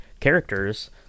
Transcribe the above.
characters